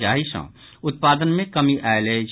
जाहि सँ उत्पादन मे कमि आयल अछि